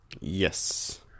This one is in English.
Yes